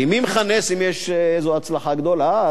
כי מי מכנס אם יש איזו הצלחה גדולה?